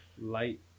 Light